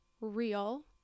real